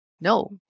no